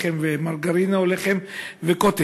לחם ומרגרינה או לחם וקוטג'.